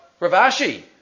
Ravashi